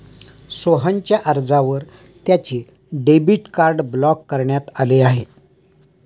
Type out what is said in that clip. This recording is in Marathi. सोहनच्या अर्जावर त्याचे डेबिट कार्ड ब्लॉक करण्यात आले आहे